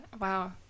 Wow